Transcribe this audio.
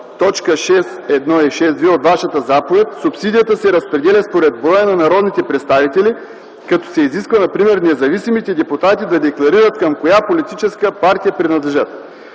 6 – 1.6 – от Вашата заповед, субсидията се разпределя според броя на народните представители като се изисква например независимите депутати да декларират към коя политическа партия принадлежат.